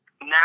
now